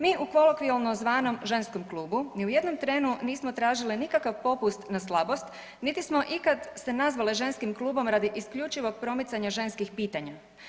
Mi u kolokvijalno zvanom ženskom klubu ni u jednom trenu nismo tražili nikakav popust na slabost niti smo ikad se nazvale ženskim klubom radi isključivog promicanja ženskih pitanja.